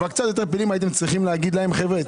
אבל קצת יותר פעילים הייתם צריכים להגיד להם: חבר'ה,